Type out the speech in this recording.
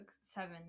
seven